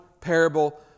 parable